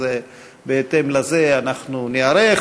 אז בהתאם לזה אנחנו ניערך.